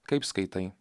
kaip skaitai